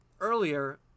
earlier